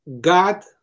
God